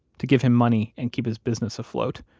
to give him money and keep his business afloat.